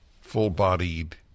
Full-bodied